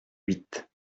huit